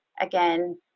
Again